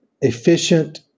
efficient